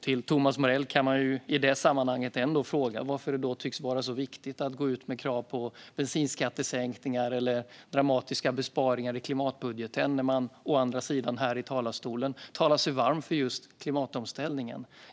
Till Thomas Morell kan jag i det sammanhanget ställa frågan varför det tycks vara så viktigt att gå ut med krav på bensinskattesänkningar eller dramatiska besparingar i klimatbudgeten när man å andra sidan här i talarstolen talar sig varm för klimatomställningen.